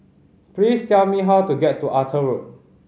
please tell me how to get to Arthur Road